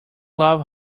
love